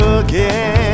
again